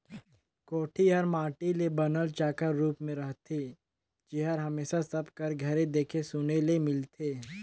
कोठी हर माटी ले बनल चाकर रूप मे रहथे जेहर हमेसा सब कर घरे देखे सुने ले मिलथे